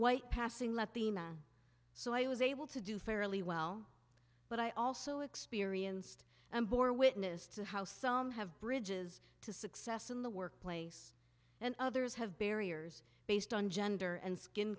white passing let the so i was able to do fairly well but i also experienced and bore witness to how some have bridges to success in the workplace and others have barriers based on gender and skin